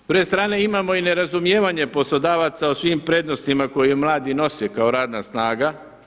S druge strane imamo i nerazumijevanje poslodavaca o svim prednostima koje mladi nose kao radna snaga.